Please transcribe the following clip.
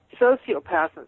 sociopaths